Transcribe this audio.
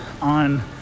on